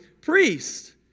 priest